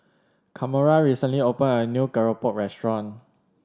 Kamora recently opened a new Keropok restaurant